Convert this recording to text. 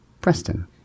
Preston